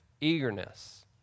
eagerness